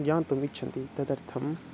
ज्ञातुमिच्छान्ति तदर्थं